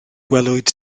gwelwyd